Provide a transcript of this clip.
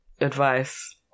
advice